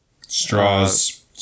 Straws